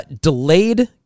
delayed